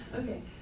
okay